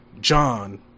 John